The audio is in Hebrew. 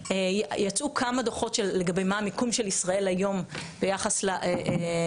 יצאו כמה דוחות לגבי מה המיקום של ישראל היום ביחס ל-SDG.